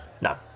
No